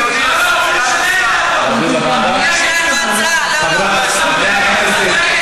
אדוני סגן השר,